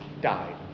died